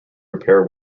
repair